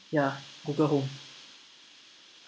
ya google home